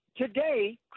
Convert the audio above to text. today